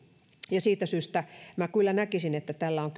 siitä syystä minä kyllä näkisin että tästä on